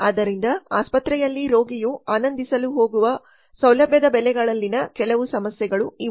ಆದ್ದರಿಂದ ಆಸ್ಪತ್ರೆಯಲ್ಲಿ ರೋಗಿಯು ಆನಂದಿಸಲು ಹೋಗುವ ಸೌಲಭ್ಯದ ಬೆಲೆಗಳಲ್ಲಿನ ಕೆಲವು ಸಮಸ್ಯೆಗಳು ಇವು